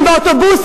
הם האויבים?